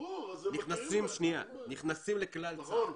הם נכנסים לכלל צה"ל.